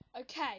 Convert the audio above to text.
Okay